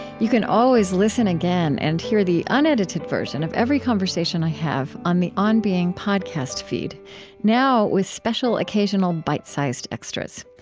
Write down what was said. you can always listen again and hear the unedited version of every conversation i have on the on being podcast feed now with special, occasional, bite-sized extras.